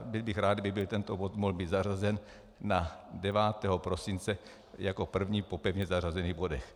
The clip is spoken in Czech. Byl bych rád, kdyby tento bod mohl být zařazen na 9. prosince jako první po pevně zařazených bodech.